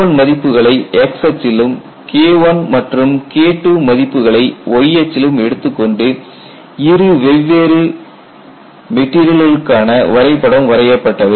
KI மதிப்புகளை X அச்சிலும் KI மற்றும் KII மதிப்புகளை Y அச்சிலும் எடுத்துக்கொண்டு இரு வெவ்வேறு மெட்டீரியல்களுக்கான வரைபடம் வரையப்பட்டது